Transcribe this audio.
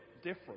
different